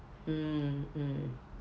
mm mm